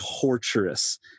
torturous